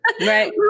Right